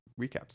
recaps